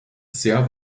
sehr